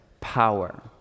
power